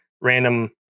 random